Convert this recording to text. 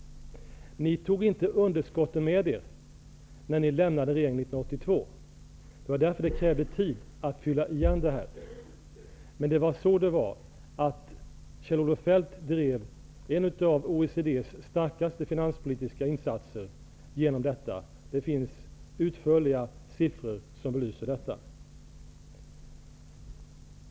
Ni tog inte underskottet med er när ni lämnade regeringen 1982. Det krävdes tid att täcka detta underskottet. Kjell-Olof Feldt gjorde då en av OECD:s starkaste finanspolitiska insatser. Det finns ett utförligt siffermaterial som bevisar detta.